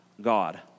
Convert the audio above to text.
God